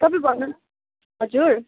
तपाईँ भन्नु न हजुर